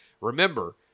Remember